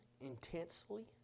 intensely